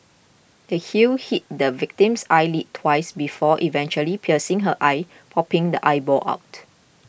the heel hit the victim's eyelid twice before eventually piercing her eye popping the eyeball out